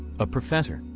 a professor,